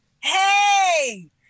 Hey